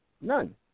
None